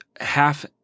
half